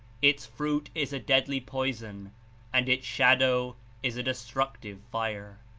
its fruit is a deadly poison and its shadow is a des tructive fire.